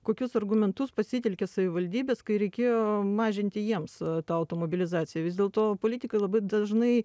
kokius argumentus pasitelkė savivaldybės kai reikėjo mažinti jiems tą automobilizaciją vis dėlto politikai labai dažnai